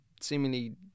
seemingly